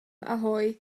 ahoj